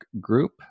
group